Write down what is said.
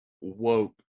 woke